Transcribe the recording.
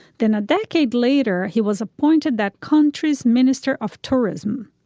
then a decade later he was appointed that country's minister of tourism.